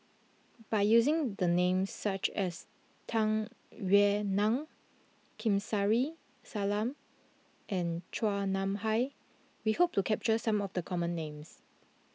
by using the names such as Tung Yue Nang Kamsari Salam and Chua Nam Hai we hope to capture some of the common names